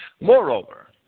Moreover